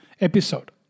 episode